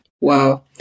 Wow